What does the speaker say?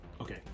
Okay